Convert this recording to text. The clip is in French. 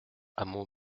hameau